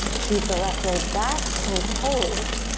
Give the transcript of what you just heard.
shoot the left leg back. plank pose.